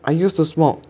I used to smoke